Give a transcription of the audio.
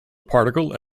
particle